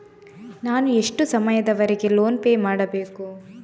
ನಾನು ಎಷ್ಟು ಸಮಯದವರೆಗೆ ಲೋನ್ ಪೇ ಮಾಡಬೇಕು?